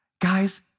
guys